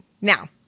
Now